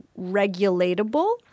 regulatable